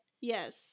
Yes